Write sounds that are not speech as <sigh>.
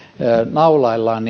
naulaillaan <unintelligible>